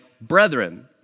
brethren